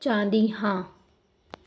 ਚਾਹੁੰਦੀ ਹਾਂ